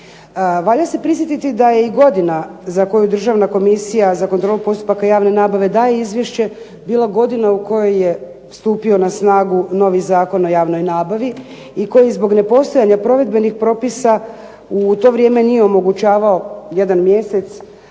Valja se prisjetiti da je i godina za koju Državna komisija za kontrolu postupaka javne nabave daje izvješće bila godina u kojoj je stupio na snagu novi Zakon o javnoj nabavi i koji zbog ne postojanja provedbenih propisa u to vrijeme nije omogućavao jedan mjesec